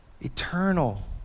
Eternal